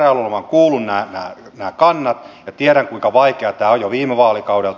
olen kuullut nämä kannat ja tiedän kuinka vaikea tämä on jo viime vaalikaudelta